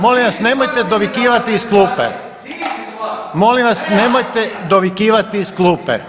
Molim vas nemojte dovikivati iz klupe. … [[Upadica Hajduković, ne razumije se.]] Molim vas nemojte dovikivati iz klupe!